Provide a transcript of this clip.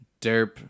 derp